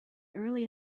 early